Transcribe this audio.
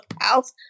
house